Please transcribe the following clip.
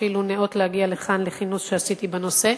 שאפילו ניאות להגיע לכאן לכינוס שעשיתי בנושא,